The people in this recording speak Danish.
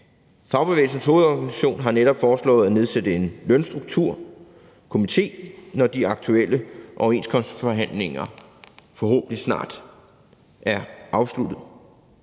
Fagbevægelsens Hovedorganisation har netop foreslået at nedsætte en lønstrukturkomité, når de aktuelle overenskomstforhandlinger forhåbentlig snart er afsluttet.